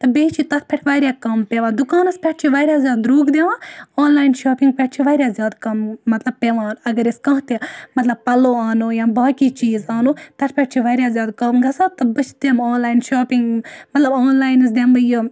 بیٚیہِ چھِ تَتھ پٮ۪ٹھ واریاہ کَم پیٚوان دوکانَس پٮ۪ٹھ چھِ واریاہ زیادٕ درٛوگ دِوان آن لاین شاپِنگ پٮ۪تھ چھِ واریاہ زیادٕ کَم مطلب پیٚوان اگر ٲسۍ کانٛہہ تہِ مطلب پَلو آنو یا باقٕے چیز آنو تَتھ پٮ۪ٹھ چھ واریاہ زیادٕ کَم گَژھان تہٕ أسۍ چھِ تِم آن لاین شاپِنگ مطلب آن لانَس دِم بہٕ یہِ